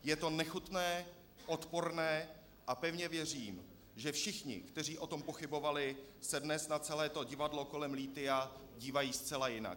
Je to nechutné, odporné a pevně věřím, že všichni, kteří o tom pochybovali, se dnes na celé to divadlo kolem lithia dívají zcela jinak.